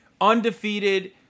Undefeated